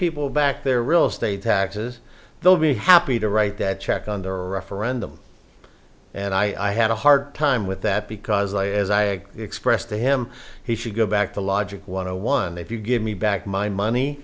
people back their real estate taxes they'll be happy to write that check under referendum and i had a hard time with that because as i expressed to him he should go back to logic one zero one if you give me back my money